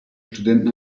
studenten